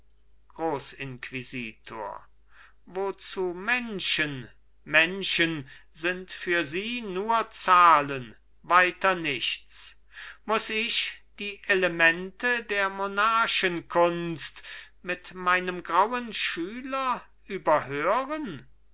grossinquisitor wozu menschen menschen sind für sie nur zahlen weiter nichts muß ich die elemente der monarchenkunst mit meinem grauen schüler überhören